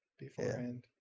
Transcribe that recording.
beforehand